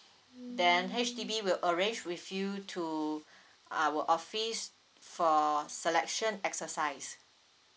then H_D_B will arrange with you to our office for selection exercise